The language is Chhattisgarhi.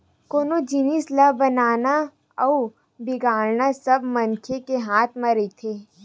कोनो जिनिस ल बनाना अउ बिगाड़ना सब मनखे के हाथ म रहिथे